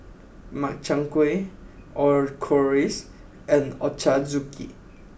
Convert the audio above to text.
Makchang Gui Chorizo and Ochazuke